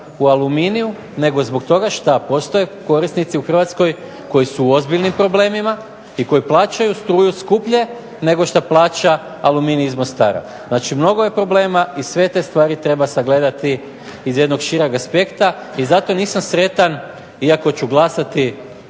u "Aluminiju" nego zbog toga šta postoje korisnici u Hrvatskoj koji su u ozbiljnim problemima i koji plaćaju struju skuplje nego što plaća "Aluminij" iz Mostara. Znači, mnogo je problema i sve te stvari treba sagledati iz jednog šireg aspekta. I zato nisam sretan iako ću glasati